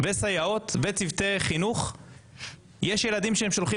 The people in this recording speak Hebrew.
סייעות וצוותי חינוך יש ילדים שהם שולחים